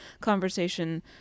conversation